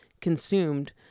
consumed